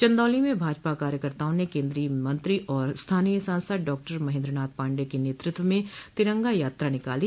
चंदौली में भाजपा कार्यकर्ताओं ने केन्द्रीय मंत्री और स्थानीय सांसद डॉक्टर महेन्द्रनाथ पांडेय के नेतृत्व में तिरंगा यात्रा निकाली